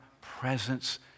presence